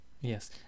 Yes